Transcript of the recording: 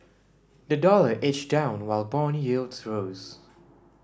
the dollar edged down while bond yields rose